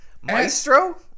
Maestro